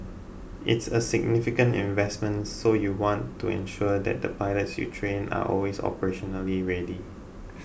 it's a significant investment so you want to ensure that the pilots you train are always operationally ready